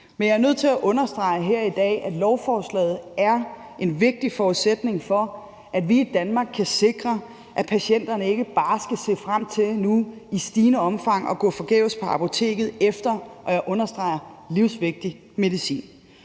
Men jeg nødt til at understrege her i dag, at lovforslaget er en vigtig forudsætning for, at vi i Danmark kan sikre, at patienterne ikke bare kan se frem til nu i stigende omfang at gå forgæves på apoteket efter – og jeg understreger – livsvigtig medicin,